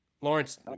Lawrence